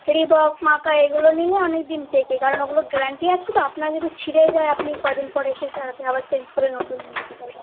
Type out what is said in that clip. Reebok মাকা এগুলো নিলে অনেক দিন টেকে কারণ ওগুলো গ্যারান্টি আছে তো আপনার যদি ছিঁড়েও যায় আপনি ক দিন পর এসে তাহাকে আবার চেঞ্জ করে নতুন নিয়ে নিতে পারবেন